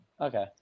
okay